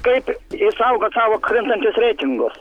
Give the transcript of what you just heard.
kaip išsaugot savo krintančius reitingus